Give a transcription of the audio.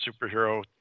superhero